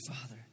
Father